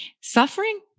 Suffering